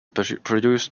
produced